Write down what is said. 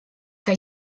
que